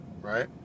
Right